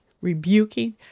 rebuking